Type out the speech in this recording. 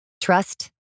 Trust